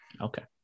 Okay